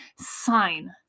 sign